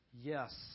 yes